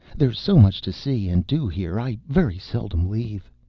there's so much to see and do here, i very seldom leave.